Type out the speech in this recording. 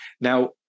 now